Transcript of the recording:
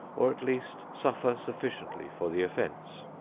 or at least suffer sufficiently for the offence.